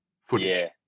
footage